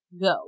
go